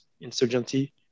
insurgency